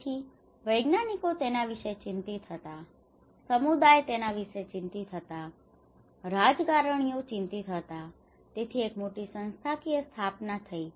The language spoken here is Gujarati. તેથી વૈજ્ઞાનિકો તેના વિશે ચિંતિત હતા સમુદાયો તેના વિશે ચિંતિત હતા રાજકારણીઓ તેને ચિંતિત હતા તેથી એક મોટી સંસ્થાકીય સ્થાપના થઈ